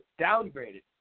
downgraded